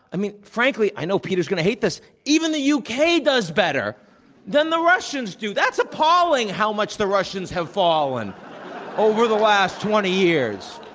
i mean, frankly i know peter is going to hate this even the u. k. does better than the russians do. that's appalling how much the russians have fallen over the last twenty years.